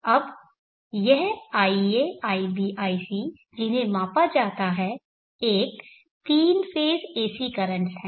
अब यह ia ib ic जिन्हें मापा जाता है एक 3 फेज़ AC कर्रेंटस हैं